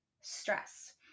stress